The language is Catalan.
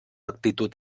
actitud